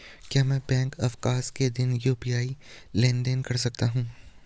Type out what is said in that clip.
क्या मैं बैंक अवकाश के दिन यू.पी.आई लेनदेन कर सकता हूँ?